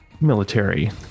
military